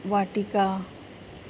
वाटिका